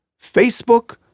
Facebook